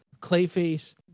Clayface